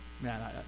Man